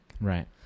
Right